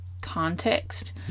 context